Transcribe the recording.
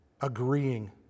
agreeing